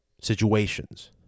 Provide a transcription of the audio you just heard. situations